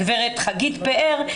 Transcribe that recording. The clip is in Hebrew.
הגברת חגית פאר,